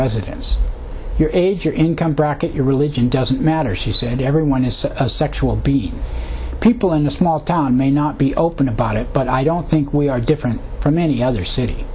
residents your age your income bracket your religion doesn't matter she said everyone is a sexual b people in the small town may not be open about it but i don't think we are different from any other city